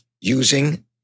using